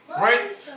right